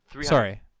Sorry